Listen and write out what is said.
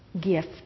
gift